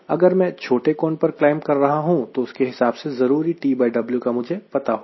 अगर मैं छोटे कौन पर क्लाइंब कर रहा हूं तो उसके हिसाब से जरूरी TW का मुझे पता होगा